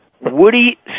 Woody